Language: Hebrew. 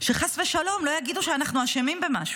שחס ושלום לא יגידו שאנחנו אשמים במשהו.